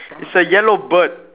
it's a yellow bird